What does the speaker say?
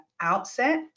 outset